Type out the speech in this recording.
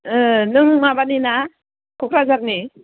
नों माबानिना कक्राझारनि